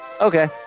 Okay